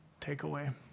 takeaway